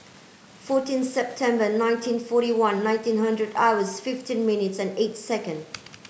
fourteen September nineteen forty one nineteen hundred hours fifteen minutes and eight second